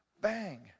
Bang